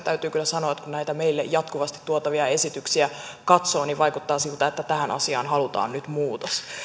täytyy kyllä sanoa että kun näitä meille jatkuvasti tuotavia esityksiä katsoo niin vaikuttaa siltä että tähän asiaan halutaan nyt muutos